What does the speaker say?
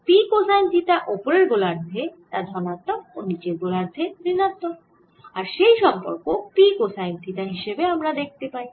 P cosine theta ওপরের গোলার্ধে তা ধনাত্মক ও নিচের গোলার্ধে ঋণাত্মক আর সেই সম্পর্ক P কোসাইন থিটা হিসেবে আমরা দেখতে পাই